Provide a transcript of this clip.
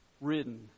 ridden